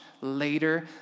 later